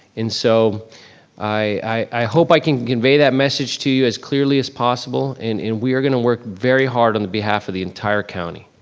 and so i hope i can convey that message to you as clearly as possible and and we are gonna work very hard on behalf of the entire county,